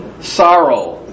sorrow